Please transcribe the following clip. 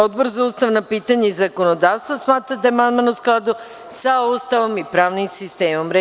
Odbor za ustavna pitanja i zakonodavstvo smatra da je amandman u skladu sa Ustavom i pravnim sistemom Republike Srbije.